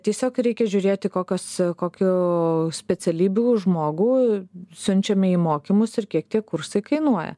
tiesiog reikia žiūrėti kokios kokių specialybių žmogų siunčiame į mokymus ir kiek tie kursai kainuoja